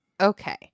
Okay